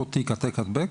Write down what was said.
אותו תיק - העתק הדבק,